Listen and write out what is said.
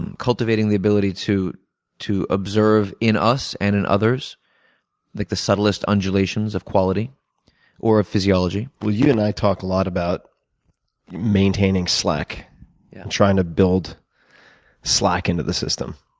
and cultivating the ability to to observe in us and in others like the subtlest undulations of quality or of physiology. you and i talk a lot about maintaining slack yeah. and trying to build slack into the system